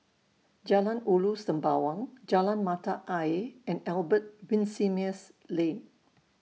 Jalan Ulu Sembawang Jalan Mata Ayer and Albert Winsemius Lane